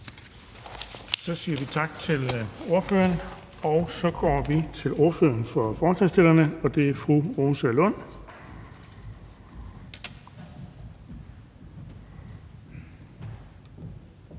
Så siger vi tak til ordføreren, og så går vi til ordføreren for forslagsstillerne, og det er fru Rosa Lund.